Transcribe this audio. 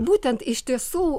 būtent iš tiesų